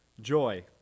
Joy